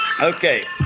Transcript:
Okay